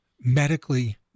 medically